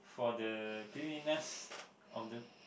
for the cleanliness of the